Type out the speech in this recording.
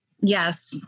Yes